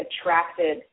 attracted